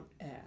air